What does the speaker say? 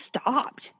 stopped